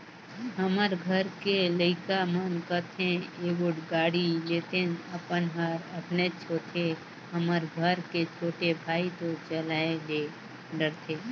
हमर घर के लइका मन कथें एगोट गाड़ी लेतेन अपन हर अपनेच होथे हमर घर के छोटे भाई तो चलाये ले डरथे